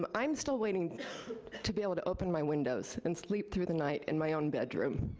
um i'm still waiting to be able to open my windows and sleep through the night in my own bedroom.